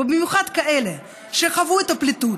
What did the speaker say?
ובמיוחד כאלה שחוו את הפליטות,